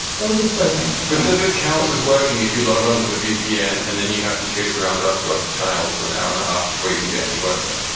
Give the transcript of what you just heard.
but just sort of interest does it count as working if you log onto the vpn and then you have to chase around after your child for an hour and a half before you can get any work done?